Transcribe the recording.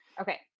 Okay